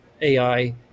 AI